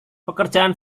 pekerjaan